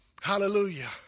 Hallelujah